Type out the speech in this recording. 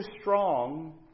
strong